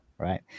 Right